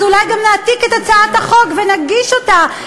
אז אולי גם נעתיק את הצעת החוק ונגיש אותה,